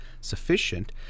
sufficient